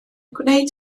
gwneud